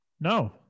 No